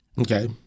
Okay